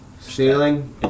Ceiling